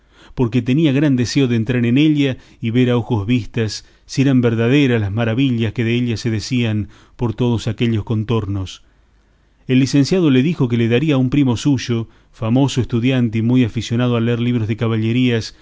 porque tenía gran deseo de entrar en ella y ver a ojos vistas si eran verdaderas las maravillas que de ella se decían por todos aquellos contornos el licenciado le dijo que le daría a un primo suyo famoso estudiante y muy aficionado a leer libros de caballerías